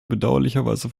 bedauerlicherweise